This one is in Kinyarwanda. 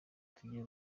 tugiye